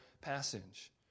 passage